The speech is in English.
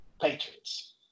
Patriots